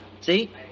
See